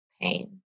pain